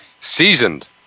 seasoned